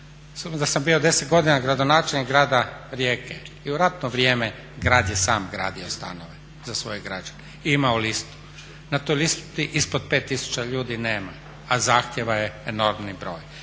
da sam bio 10 godina gradonačelnik grada Rijeke i u ratno vrijeme grad je sam gradio stanove, za svoje građane, i imao listu. Na toj listi ispod 5000 ljudi nema, a zahtjeva je enormni broj.